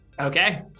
Okay